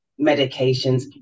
medications